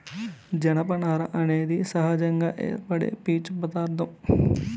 జనపనార అనేది సహజంగా ఏర్పడే పీచు పదార్ధం